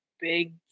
big